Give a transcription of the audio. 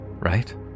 Right